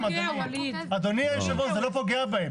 אדוני היושב-ראש, זה לא פוגע בהם.